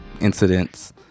incidents